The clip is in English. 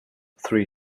three